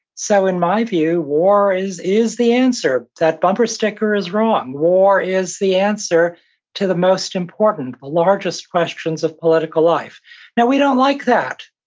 so in my view, was is is the answer. that bumper sticker is wrong. war is the answer to the most important, the largest questions of political life now, we don't like that.